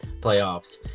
playoffs